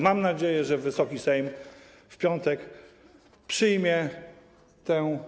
Mam nadzieję, że Wysoki Sejm w piątek przyjmie tę ustawę.